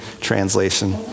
Translation